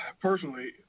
personally